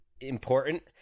important